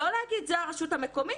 לא להגיד: זה הרשות המקומית,